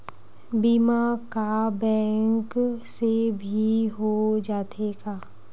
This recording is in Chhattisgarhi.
बीमा का बैंक से भी हो जाथे का?